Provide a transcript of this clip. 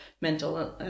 mental